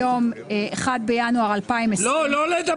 רוויזיה על הסתייגות מספר 1. הם לא כאן.